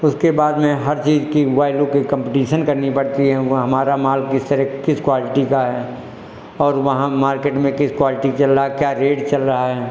उसके बाद में हर चीज़ की वैलू की कंपटीसन करनी पड़ती है वा हमारा माल किस तरह किस क्वालटी का है और वहाँ मार्केट में किस क्वालटी चल रहा क्या रेट चल रहा है